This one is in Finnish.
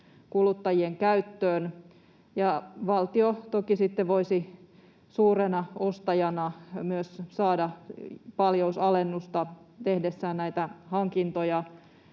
kuluttajien käyttöön. Valtio toki sitten voisi suurena ostajana myös saada paljousalennusta tehdessään näitä hankintoja